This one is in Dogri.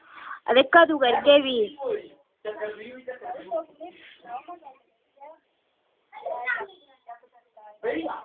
हां ते कदूं करगे फ्ही